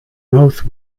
mouth